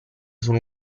sono